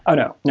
no. no.